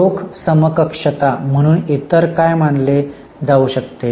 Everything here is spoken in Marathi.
रोख समकक्षता म्हणून इतर काय मानले जाऊ शकते